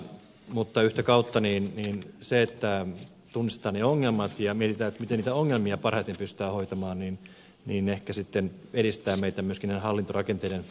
mutta yhtä kautta se että tunnistetaan ne ongelmat ja mietitään miten niitä ongelmia parhaiten pystytään hoitamaan ehkä sitten edistää meitä myöskin näiden hallintorakenteiden pohdinnassa